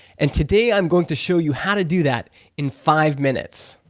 and today i'm going to show you how to do that in five minutes.